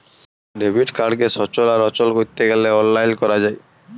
debit কাড়কে সচল আর অচল ক্যরতে গ্যালে অললাইল ক্যরা যায়